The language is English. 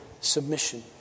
submission